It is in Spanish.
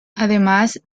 además